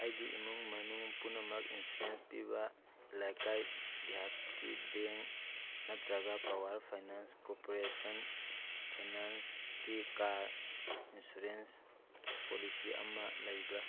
ꯑꯩꯒꯤ ꯏꯃꯨꯡ ꯃꯅꯨꯡ ꯄꯨꯝꯅꯃꯛ ꯏꯟꯁꯨꯔꯦꯟꯁ ꯄꯤꯕ ꯗꯤꯌꯥꯠꯀꯤ ꯕꯦꯡ ꯅꯠꯇ꯭ꯔꯒ ꯄꯋꯥꯔ ꯐꯥꯏꯅꯥꯟꯁ ꯀꯣꯄꯔꯦꯁꯟ ꯐꯥꯏꯅꯥꯟꯁꯀꯤ ꯀꯥꯔ ꯏꯟꯁꯨꯔꯦꯟꯁ ꯄꯣꯂꯤꯁꯤ ꯑꯃ ꯂꯩꯕ꯭ꯔꯥ